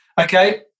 okay